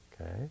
Okay